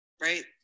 right